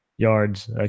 Yards